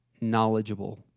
knowledgeable